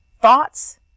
thoughts